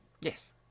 Yes